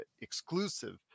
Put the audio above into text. exclusive